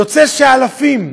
יוצא שאלפים,